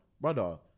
brother